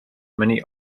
many